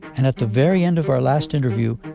and at the very end of our last interview,